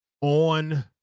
on